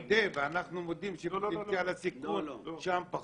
אז אתה מודה ואנחנו מודים שהסיכון שם פחות?